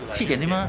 七点对吗